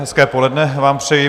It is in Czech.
Hezké poledne vám přeji.